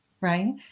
right